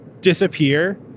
disappear